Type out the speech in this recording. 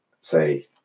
say